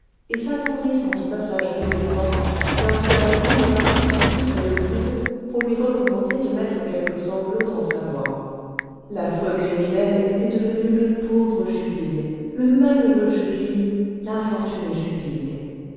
et s'attendrissant aux passages émouvants lorsque la grande oratrice lui poussait le coude pour lui recommander de mettre quelques sanglots dans sa voix l'affreux criminel était devenu le pauvre jupille le malheureux jupille l'infortuné